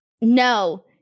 No